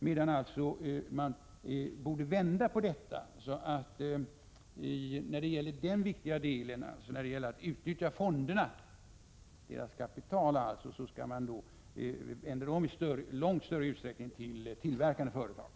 Man borde vända på detta, så att fondernas kapital i långt större utsträckning skulle kunna utnyttjas för de tjänsteproducerande företagen.